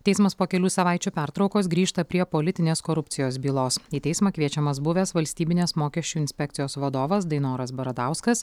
teismas po kelių savaičių pertraukos grįžta prie politinės korupcijos bylos į teismą kviečiamas buvęs valstybinės mokesčių inspekcijos vadovas dainoras bradauskas